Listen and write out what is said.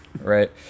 right